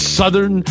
southern